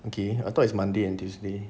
okay I thought it's monday and tuesday